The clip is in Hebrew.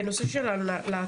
בנושא של להט"ב,